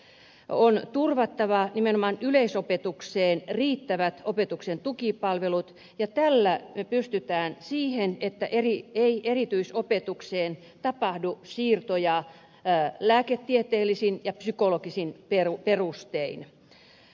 on turvattava nimenomaan yleisopetukseen riittävät opetuksen tukipalvelut ja tällä me pystymme siihen että siirtoja erityisopetukseen ei tapahdu lääketieteellisin ja psykologisin perustein